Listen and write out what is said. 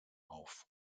auf